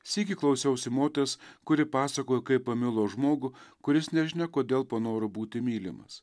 sykį klausiausi moters kuri pasakojo kaip pamilo žmogų kuris nežinia kodėl panoro būti mylimas